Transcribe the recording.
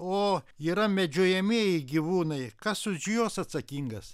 o yra medžiojamieji gyvūnai kas už juos atsakingas